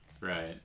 Right